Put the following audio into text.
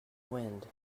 wind